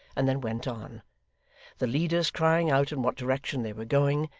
and then went on the leaders crying out in what direction they were going,